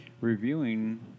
reviewing